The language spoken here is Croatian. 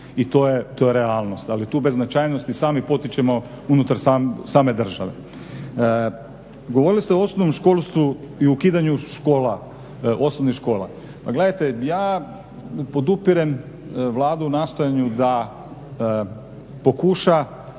I to je realnost. Ali tu beznačajnost i sami potičemo unutar same države. Govorili ste o osnovnom školstvu i ukidanju škola, osnovnih škola. Pa gledajte, ja podupirem Vladu u nastojanju da pokuša